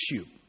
issue